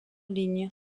ligne